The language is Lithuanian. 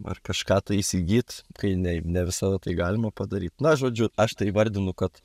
ar kažką įsigyt kai ne ne visada tai galima padaryt na žodžiu aš tai įvardinu kad